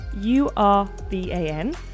U-R-B-A-N